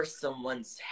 someone's